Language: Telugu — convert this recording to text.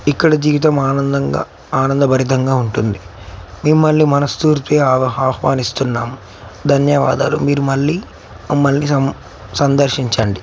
ఇక్కడ జీవితం ఆనందంగా ఆనందభరితంగా ఉంటుంది మెం మిమల్ని మనస్ఫూర్తిగా ఆహ్వానిస్తున్నాము ధన్యవాదాలు మీరు మళ్ళీ మమల్ని సం సందర్శించండి